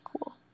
cool